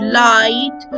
light